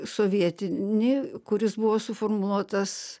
sovietinį kuris buvo suformuotas